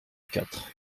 quatre